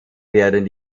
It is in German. werden